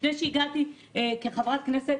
לפני שהייתי חברת כנסת,